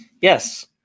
Yes